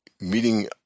meeting